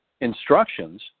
instructions